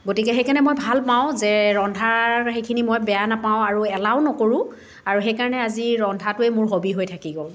গতিকে সেইকাৰণে মই ভাল পাওঁ যে ৰন্ধাৰ সেইখিনি মই বেয়া নেপাওঁ আৰু এলাহো নকৰোঁ আৰু সেইকাৰণে আজি ৰন্ধাটোৱেই মোৰ হবি হৈ থাকি গ'ল